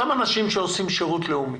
אותם אנשים שעושים שירות לאומי,